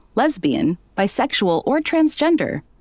lesbian, bisexual, or transgender.